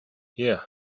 yeah